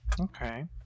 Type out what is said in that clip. Okay